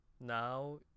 now